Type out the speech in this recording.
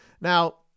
Now